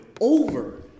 over